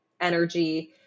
energy